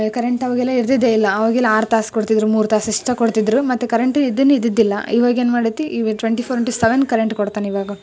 current ಆವಾಗೆಲ್ಲ ಇರ್ತಿದ್ದೆ ಇಲ್ಲ ಆವಾಗೆಲ್ಲ ಆರು ತಾಸು ಕೊಡ್ತಿದ್ದರು ಮೂರು ತಾಸು ಇಷ್ಟೆ ಕೊಡ್ತಿದ್ದರು ಮತ್ತೆ ಕರೆಂಟು ಇದನ್ನು ಇದ್ದಿದ್ದಿಲ್ಲ ಇವಾಗ ಏನು ಮಾಡೈತೆ ಇವು twenty four into seven current ಕೊಡ್ತಾನೆ ಇವಾಗ